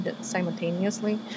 simultaneously